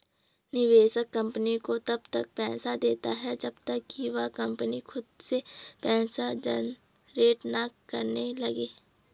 निवेशक कंपनी को तब तक पैसा देता है जब तक कि वह कंपनी खुद से पैसा जनरेट ना करने लगे